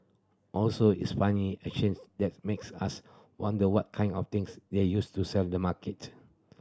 also it's funny a chance that makes us wonder what kind of things they used to sell the market